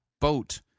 boat